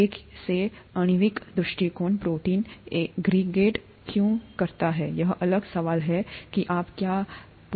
एक से आणविक दृष्टिकोण प्रोटीन एग्रीगेट क्यों करता है यह अगला सवाल है कि आप क्या हैं पूछने जा रहा हूं